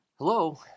Hello